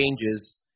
changes